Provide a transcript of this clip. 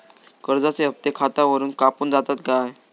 कर्जाचे हप्ते खातावरून कापून जातत काय?